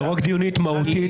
לא רק דיונית, מהותית.